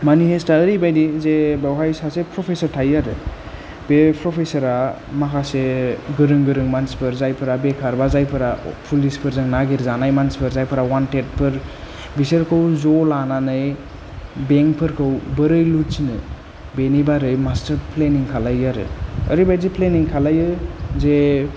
मानि हाइस्टआ ओरैबायदि जे बेवहाय सासे प्रफेसार थायो आरो बे प्रफेसारा माखासे गोरों गोरों मानसिफोर जायफोरा बेखार बा जायफोरा पुलिसफोरजों नागिर जानाय मानसिफोर जायफोरा अवान्टेडफोर बिसोरखौ ज' लानानै बेंकफोरखौ बोरै लुथिनो बेनि बारै मास्टार प्लेनिं खालायो आरो ओरैबायदि प्लेनिं खालायो जे